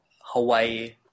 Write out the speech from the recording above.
Hawaii